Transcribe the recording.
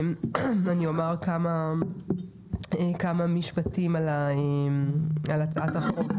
אני אומר כמה משפטים על הצעת החוק,